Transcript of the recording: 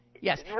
Yes